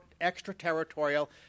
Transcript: extraterritorial